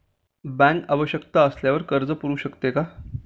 Bank आवश्यकता असल्यावर कर्ज पुरवू शकते का?